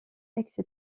etc